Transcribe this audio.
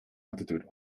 altitude